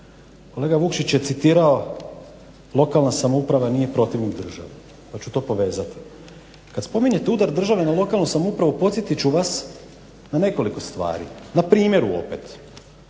kolega Vukšić je citirao: "Lokalna samouprava nije protivnik države." pa ću to povezati. Kad spominjete udar države na lokalnu samoupravu podsjetit ću vas na nekoliko stvari, na primjeru opet: